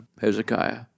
Hezekiah